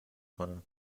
کنن